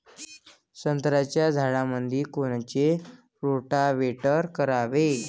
संत्र्याच्या झाडामंदी कोनचे रोटावेटर करावे?